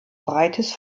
breites